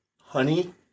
Honey